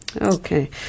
Okay